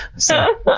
so